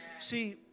See